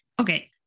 okay